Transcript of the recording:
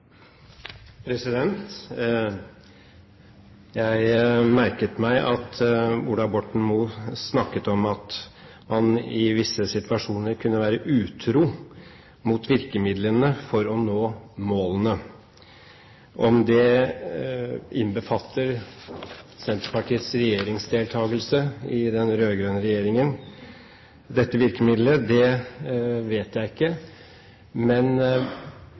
Jeg merket meg at Ola Borten Moe snakket om at man i visse situasjoner kunne være utro mot virkemidlene for å nå målene. Om dette virkemiddelet innbefatter Senterpartiets regjeringsdeltakelse i den rød-grønne regjeringen, vet jeg ikke, men